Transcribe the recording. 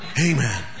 Amen